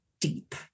Deep